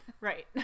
right